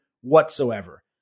whatsoever